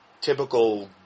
typical